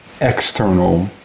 external